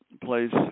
place